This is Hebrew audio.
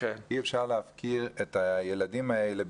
אי אפשר להפקיר את הילדים האלה,